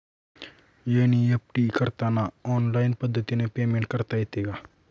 NEFT करताना online पद्धतीने payment करता येते का?